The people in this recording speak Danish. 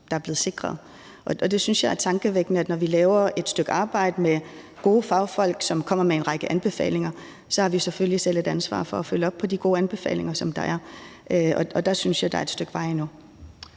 der er blevet sikret. Jeg synes, det er tankevækkende, at når vi laver et stykke arbejde med gode fagfolk, som kommer med en række anbefalinger, har vi selvfølgelig selv et ansvar for at følge op på de gode anbefalinger, som der er, og der synes jeg, at der er et stykke vej endnu.